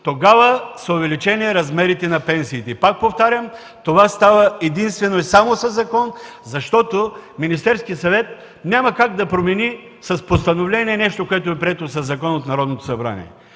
Тогава са увеличени размерите на пенсиите. Пак повтарям, това става единствено и само със закон, защото Министерският съвет няма как да промени с постановление нещо, което е прието със закон от Народното събрание.